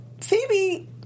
Phoebe